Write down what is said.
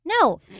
No